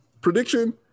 prediction